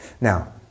Now